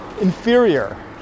inferior